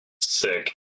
Sick